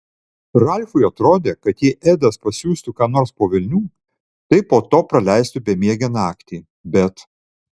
ralfui atrodė kad jei edas pasiųstų ką nors po velnių tai po to praleistų bemiegę naktį bet